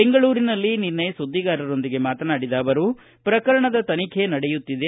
ಬೆಂಗಳೂರಿನಲ್ಲಿ ನಿನ್ನೆ ಸುದ್ದಿಗಾರರೊಂದಿಗೆ ಮಾತನಾಡಿದ ಅವರು ಪ್ರಕರಣದ ತನಿಖೆ ನಡೆಯುತ್ತಿದೆ